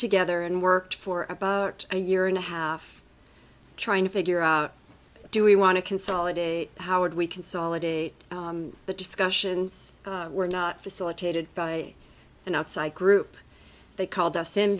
together and worked for about a year and a half trying to figure out do we want to consolidate howard we consolidate the discussions were not facilitated by an outside group they called us in